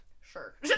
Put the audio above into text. Sure